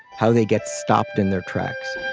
how they get stopped in their tracks